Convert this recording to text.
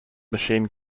machine